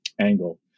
angle